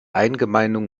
eingemeindung